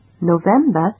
November